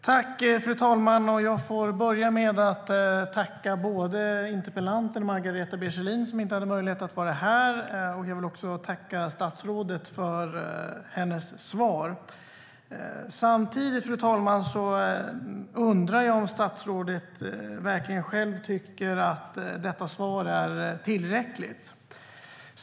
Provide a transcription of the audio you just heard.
Fru talman! Jag tackar interpellanten Margareta B Kjellin, som inte hade möjlighet att vara här. Jag tackar också statsrådet för svaret. Jag undrar dock om statsrådet verkligen tycker att svaret är tillräckligt.